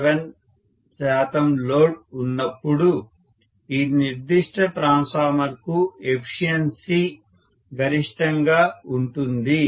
7 శాతం లోడ్ ఉన్నప్పుడు ఈ నిర్దిష్ట ట్రాన్స్ఫార్మర్ కు ఎఫిషియన్సి గరిష్టంగా ఉంటుంది